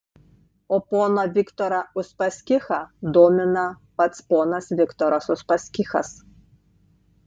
o poną viktorą uspaskichą domina pats ponas viktoras uspaskichas